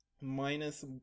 minus